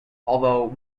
although